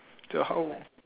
so how